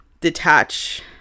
detach